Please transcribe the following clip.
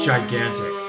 Gigantic